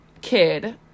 kid